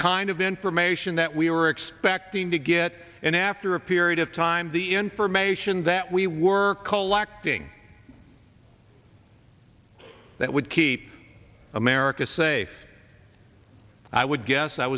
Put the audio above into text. kind of information that we were expecting to get and after a period of time the information that we were collecting that would keep america safe i would guess